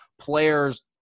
players